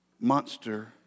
Monster